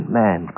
man